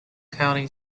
county